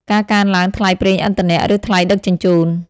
ការកើនឡើងថ្លៃប្រេងឥន្ធនៈ ឬថ្លៃដឹកជញ្ជូន។